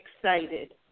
excited